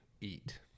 eat